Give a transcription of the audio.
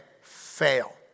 fail